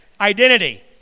identity